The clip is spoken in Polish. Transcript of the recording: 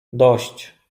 dość